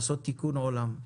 לעשות תיקון עולם.